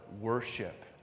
worship